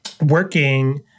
working